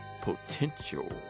potential